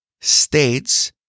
states